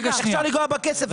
אי אפשר לנגוע בכסף הזה,